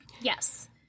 Yes